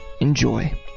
enjoy